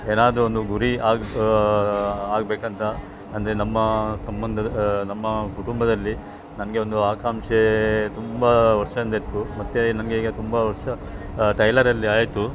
ಏನಾದ್ರೂ ಒಂದು ಗುರಿ ಆಗಿ ಆಗಬೇಕಂತ ಅಂದರೆ ನಮ್ಮ ಸಂಬಂಧ ನಮ್ಮ ಕುಟುಂಬದಲ್ಲಿ ನನಗೆ ಒಂದು ಆಕಾಂಕ್ಷೆ ತುಂಬ ವರ್ಷದಿಂದ ಇತ್ತು ಮತ್ತು ನನಗೆ ಈಗ ತುಂಬ ವರ್ಷ ಟೈಲರಲ್ಲಿ ಆಯಿತು